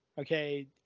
Okay